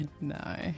No